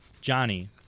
Johnny